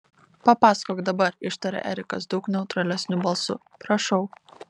papasakok dabar ištarė erikas daug neutralesniu balsu prašau